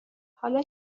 حالا